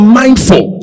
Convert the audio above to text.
mindful